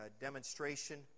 demonstration